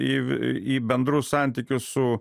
į į bendrus santykius su